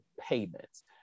payments